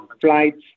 flights